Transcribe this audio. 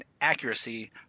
accuracy